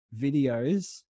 videos